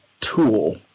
tool